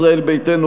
ישראל ביתנו,